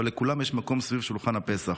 אבל לכולם יש מקום סביב שולחן הפסח.